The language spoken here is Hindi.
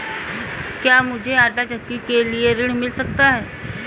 क्या मूझे आंटा चक्की के लिए ऋण मिल सकता है?